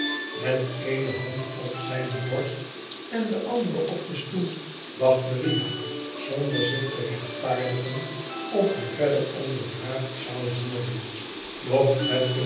met éénehandop zijne borst en de andere op den stoel wachtte riah zonder zich te rechtvaardigen of hij verder ondervraagd zou worden